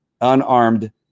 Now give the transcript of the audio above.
unarmed